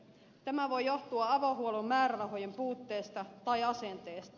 tämä voi johtua avohuollon määrärahojen puutteesta tai asenteesta